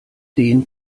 den